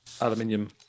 aluminium